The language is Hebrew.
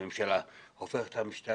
אלא הממשלה,